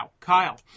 Kyle